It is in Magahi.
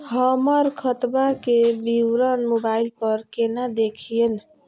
हमर खतवा के विवरण मोबाईल पर केना देखिन?